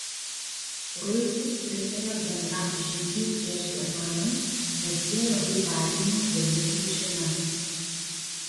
ruikis pritarė bendram žygiui prieš germanus nes tie labai vargino galindų žemes